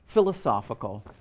philosophical,